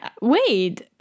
wait